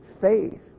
faith